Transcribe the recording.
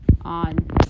On